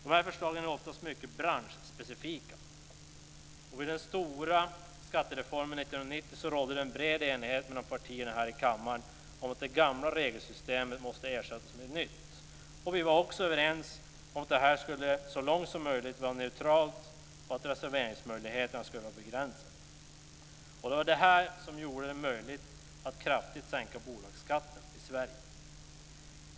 De här förslagen är oftast mycket branschspecifika. Vid den stora skattereformen 1990 rådde det bred enighet mellan partierna här i kammaren om att det gamla regelsystemet måste ersättas med ett nytt. Vi var också överens om att det här så långt som möjligt skulle vara neutralt och att reserveringsmöjligheterna skulle vara begränsade. Det var detta som gjorde det möjligt att kraftigt sänka bolagsskatten i Sverige.